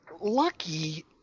lucky